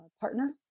partner